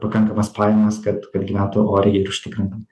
pakankamas pajamas kad kad gyventų oriai ir užtikrintam